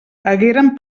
hagueren